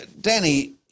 Danny